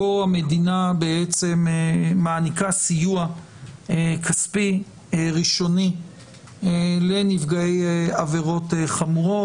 שהמדינה מעניקה סיוע כספי ראשוני לנפגעי עבירות חמורות.